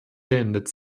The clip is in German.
beendet